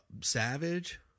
Savage